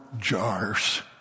jars